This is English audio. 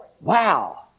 Wow